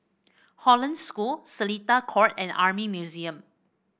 Hollandse School Seletar Court and Army Museum